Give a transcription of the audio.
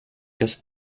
casse